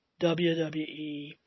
WWE